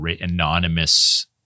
anonymous